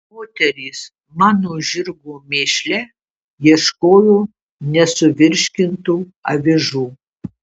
moterys mano žirgo mėšle ieškojo nesuvirškintų avižų